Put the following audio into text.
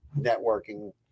networking